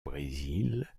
brésil